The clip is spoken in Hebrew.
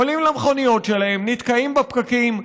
עולים למכוניות שלהם, ונתקעים בפקקים.